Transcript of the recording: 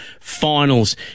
finals